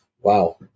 wow